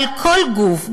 אבל כל גוף,